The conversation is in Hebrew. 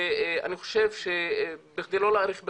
ואני חושב שבכדי לא להאריך בדברים,